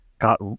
got